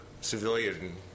civilian